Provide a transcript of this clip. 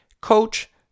coach